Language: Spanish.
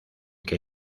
que